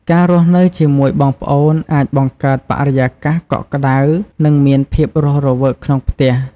ការរស់នៅជាមួយបងប្អូនអាច បង្កើតបរិយាកាសកក់ក្ដៅ និងមានភាពរស់រវើកក្នុងផ្ទះ។